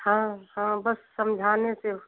हाँ हाँ बस समझाने से